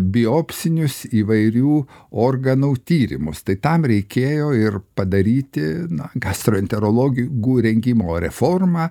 biopsinius įvairių organų tyrimus tai tam reikėjo ir padaryti na gastroenterologų rengimo reformą